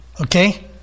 Okay